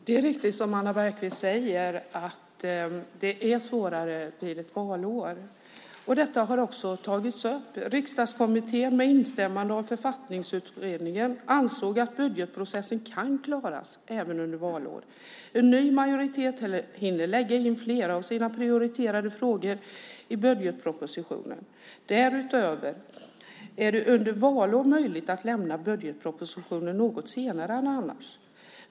Herr talman! Det är riktigt som Anna Bergkvist säger. Det är svårare vid ett valår. Detta har också tagits upp. Riksdagskommittén med instämmande av Författningsutredningen ansåg att budgetprocessen kan klaras även under valår. En ny majoritet hinner lägga in flera av sina prioriterade frågor i budgetpropositionen. Därutöver är det under valår möjligt att lämna budgetpropositionen något senare än annars.